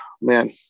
man